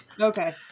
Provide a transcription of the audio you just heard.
okay